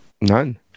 None